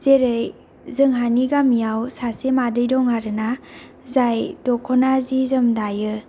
जेरै जोंहानि गामियाव सासे मादै दं आरोना जाय दखना जि जोम दायो आर